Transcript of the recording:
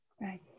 Right